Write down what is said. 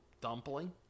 dumpling